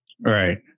Right